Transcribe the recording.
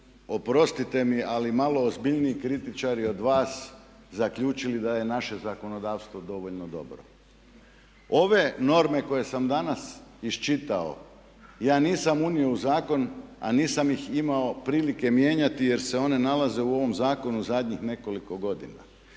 oprostite mi ali malo ozbiljniji kritičari od vas zaključili da je naše zakonodavstvo dovoljno dobro. Ove norme koje sam danas iščitao ja nisam unio u zakon a nisam ih imao prilike mijenjati jer se one nalaze u ovom zakonu zadnjih nekoliko godina.